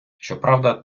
щоправда